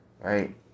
Right